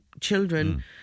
children